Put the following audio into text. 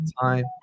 time